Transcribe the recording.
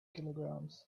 kilograms